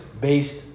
based